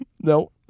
No